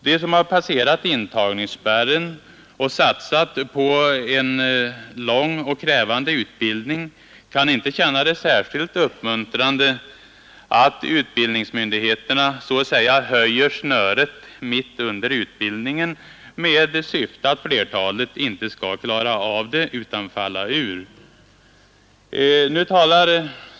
De som passerat intagningsspärren och satsat på en lång och krävande utbildning kan inte finna det särskilt uppmuntrande att utbildnings myndigheterna ”höjer snöret” mitt under utbildningen, med klart syfte att flertalet inte skall klara av det utan falla ur.